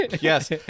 Yes